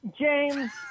James